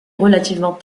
relativement